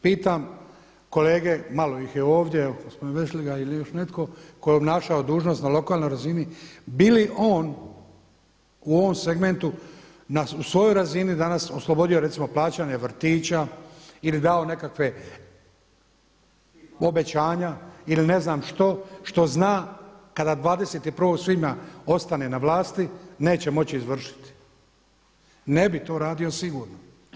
Pitam kolege, malo ih je ovdje gospodin Vešligaj ili još netko tko je obnašao dužnost na lokalnoj razini bi li on u ovom segmentu u svojoj razini danas oslobodio recimo plaćanja vrtića ili dao nekakve obećanja ili ne znam što, što zna kada 21. svibnja ostane na vlasti, neće moći izvršiti, ne bi to radio sigurno.